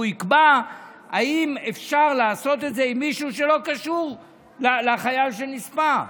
והוא יקבע אם אפשר לעשות את זה עם מישהו שלא קשור לחייל שנספה.